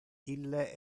ille